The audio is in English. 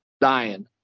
dying